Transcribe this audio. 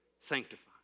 sanctified